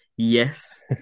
Yes